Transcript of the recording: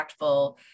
impactful